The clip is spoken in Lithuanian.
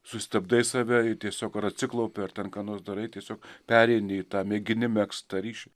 sustabdai save i tiesiog ar atsiklaupi ar ten ką nors darai tiesiog pereini į tą mėgini megzt tą ryšį